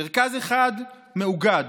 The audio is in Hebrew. מרכז אחד מאוגד.